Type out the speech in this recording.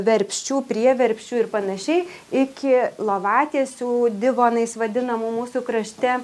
verpsčių prieverpsčių ir panašiai iki lovatiesių divonais vadinamų mūsų krašte